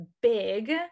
big